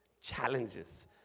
challenges